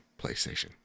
PlayStation